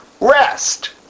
rest